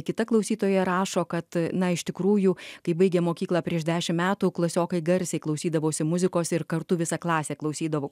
kita klausytoja rašo kad na iš tikrųjų kai baigė mokyklą prieš dešim metų klasiokai garsiai klausydavosi muzikos ir kartu visa klasė klausydavo